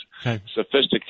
sophisticated